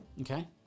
Okay